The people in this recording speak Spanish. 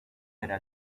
era